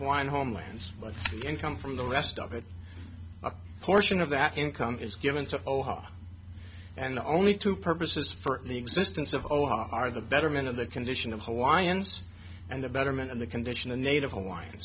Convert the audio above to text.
one homelands but again come from the rest of it a portion of that income is given to ohio and the only two purposes for the existence of o are the betterment of the condition of hawaiians and the betterment of the condition of native hawaiian